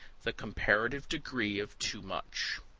the comparative degree of too much.